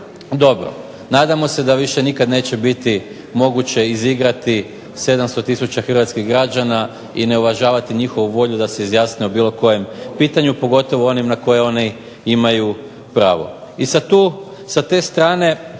dobro. Nadamo se da više nikad neće biti moguće izigrati 700 tisuća hrvatskih građana i ne uvažavati njihovu volju da se izjasne o bilo kojem pitanju, pogotovo onim na koje oni imaju pravo.